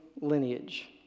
lineage